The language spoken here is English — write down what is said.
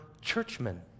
churchmen